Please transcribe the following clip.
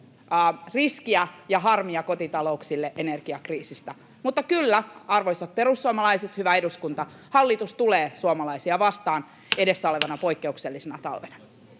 riskiä ja harmia kotitalouksille energiakriisistä, mutta kyllä, arvoisat perussuomalaiset, hyvä eduskunta, hallitus tulee suomalaisia vastaan edessä olevana poikkeuksellisena talvena.